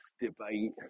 debate